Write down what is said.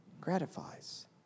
gratifies